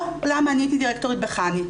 לא, למה, אני הייתי דירקטורית בחנ"י.